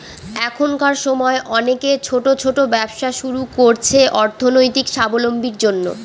এখনকার সময় অনেকে ছোট ছোট ব্যবসা শুরু করছে অর্থনৈতিক সাবলম্বীর জন্য